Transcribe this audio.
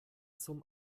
zum